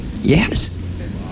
yes